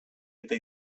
eta